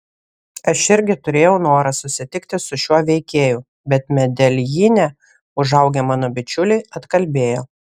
aš irgi turėjau norą susitikti su šiuo veikėju bet medeljine užaugę mano bičiuliai atkalbėjo